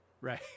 Right